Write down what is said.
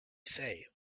say